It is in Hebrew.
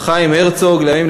חיים הרצוג לימים,